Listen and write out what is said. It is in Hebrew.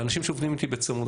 לאנשים שעובדים איתי בצמוד.